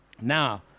Now